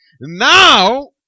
Now